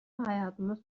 hayatını